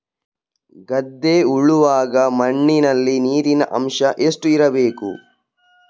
ಗದ್ದೆ ಉಳುವಾಗ ಮಣ್ಣಿನಲ್ಲಿ ನೀರಿನ ಅಂಶ ಎಷ್ಟು ಇರಬೇಕು?